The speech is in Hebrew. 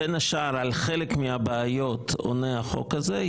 בין השאר על חלק מהבעיות עונה החוק הזה.